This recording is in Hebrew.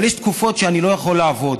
אבל יש תקופות שאני לא יכול לעבוד.